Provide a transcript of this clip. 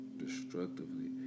destructively